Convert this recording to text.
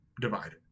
divided